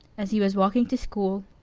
as he was walking to school,